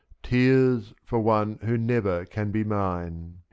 tears, for one who never can be mine.